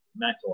mental